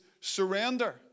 surrender